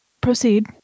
Proceed